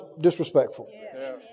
disrespectful